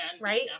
right